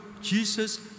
Jesus